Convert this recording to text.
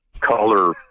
color